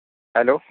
hello